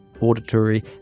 auditory